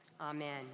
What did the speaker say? Amen